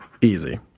easy